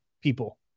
people